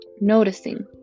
noticing